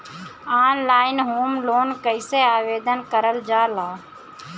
Online home loan कैसे आवेदन करल जा ला?